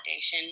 validation